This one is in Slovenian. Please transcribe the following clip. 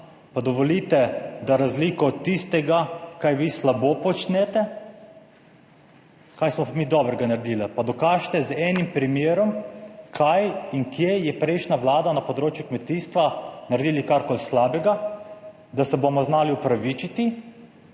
pa dovolite, da razliko od tistega kar vi slabo počnete, kaj smo pa mi dobrega naredili, pa dokažite z enim primerom kaj in kje je prejšnja Vlada na področju kmetijstva naredila karkoli slabega, da se bomo znali opravičiti,